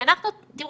הרי